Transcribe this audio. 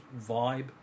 vibe